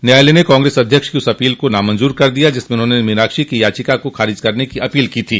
न्यायालय ने कांग्रेस अध्यक्ष की उस अपील को नामंजूर कर दिया जिसमें उन्होंने मीनाक्षी की याचिका को खारिज करने की अपील की थी